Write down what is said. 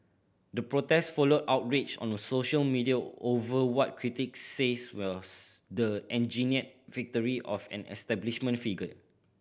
the protest followed outrage on a social media over what critics says was the engineered victory of an establishment figure